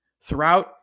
Throughout